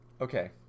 Okay